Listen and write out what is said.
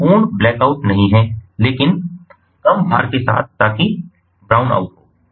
यह पूर्ण blackout नहीं है लेकिन कम भार के साथ ताकि ब्राउन आउट हो